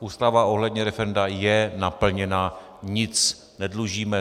Ústava ohledně referenda je naplněna, nic nedlužíme.